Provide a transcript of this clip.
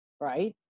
right